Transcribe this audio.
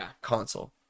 console